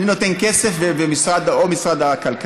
אני נותן כסף ומשרד הכלכלה,